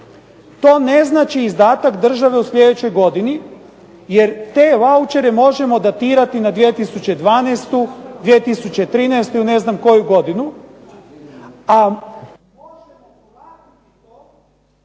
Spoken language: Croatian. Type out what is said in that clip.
To ne znači izdatak države u sljedećoj godini, jer te vaučere možemo datirati na 2012., 2013. ili ne znam koju godinu,